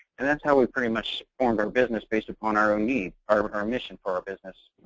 and that's how we pretty much formed our business, based upon our own needs. our but our mission for our business,